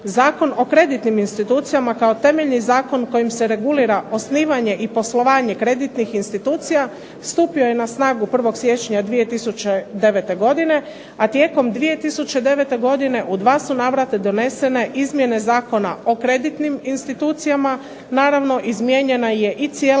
Zakon o kreditnim institucijama kao temeljni zakon kojim se regulira osnivanje i poslovanje kreditnih institucija stupio je na snagu 1. siječnja 2009. godine, a tijekom 2009. godine u dva su navrata donesene izmjene Zakona o kreditnim institucijama. Naravno izmijenjena je i cijela